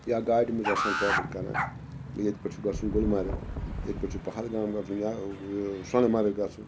یا گاڑِ منٛز آسان ٹرٛوٕل کَران ییٚتہِ پٮ۪ٹھ چھُ گژھُن گُلمرگ ییتہِ پٮ۪ٹھ چھُ پہلگام گژھُن یا سۄنہٕ مرٕگ گژھُن